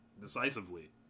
Decisively